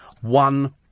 one